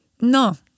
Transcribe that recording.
No